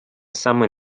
самый